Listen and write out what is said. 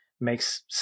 makes